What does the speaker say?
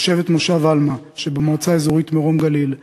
תושבת מושב עלמה שבמועצה האזורית מרום-גליל,